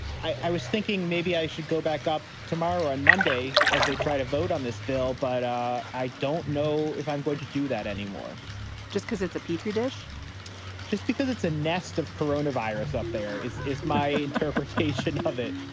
i i was thinking maybe i should go back up tomorrow on monday as they try to vote on this bill. but i don't know if i'm going to do that anymore just because it's a petri dish just because it's a nest of corona virus up there is is my interpretation of it.